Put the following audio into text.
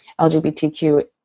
LGBTQ